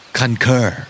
concur